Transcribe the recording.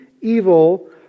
evil